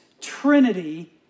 Trinity